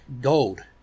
gold